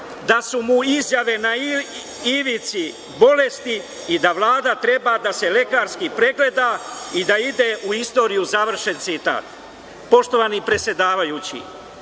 „da su mu izjave na ivici bolesti i da Vlada treba da se lekarski pregleda i da ide u istoriju“, završen citat. Poštovani predsedavajući,